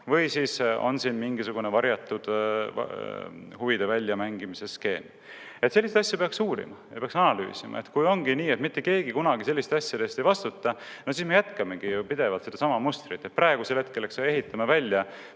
või on siin mingisugune varjatud huvide väljamängimise skeem. Selliseid asju peaks uurima, peaks analüüsima. Kui ongi nii, et mitte keegi kunagi selliste asjade eest ei vastuta, siis me jätkamegi pidevalt sedasama mustrit. Praegu ehitame välja